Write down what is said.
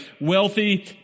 wealthy